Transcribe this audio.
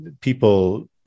people